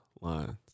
lines